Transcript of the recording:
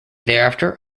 thereafter